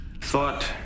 thought